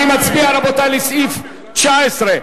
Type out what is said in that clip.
אני מצביע על סעיף 19,